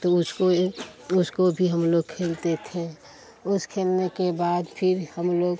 तो उसको यह उसको भी हम लोग खेलते थे उस खेलने के बाद फ़िर हम लोग